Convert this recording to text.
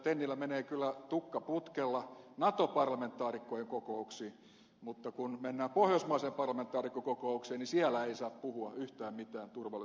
tennilä menee kyllä tukka putkella nato parlamentaarikkojen kokouksiin mutta kun mennään pohjoismaiseen parlamentaarikkokokoukseen niin siellä ei saa puhua yhtään mitään turvallisuusasiaa